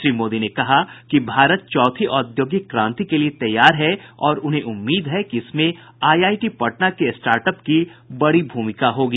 श्री मोदी ने कहा कि भारत चौथी औद्योगिक क्रांति के लिए तैयार है और उन्हें उम्मीद है कि इसमें आईआईटी पटना के र्स्टाटअप की बड़ी भूमिका होगी